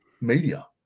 media